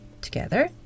Together